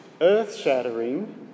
earth-shattering